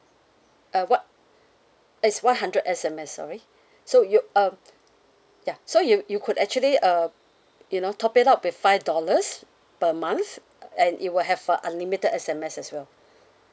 uh what it's one hundred S_M_S sorry so you uh ya so you you could actually uh you know top it up with five dollars per month uh and you will have a unlimited S_M_S as well